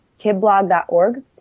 Kidblog.org